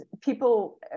people